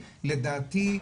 לדעתי,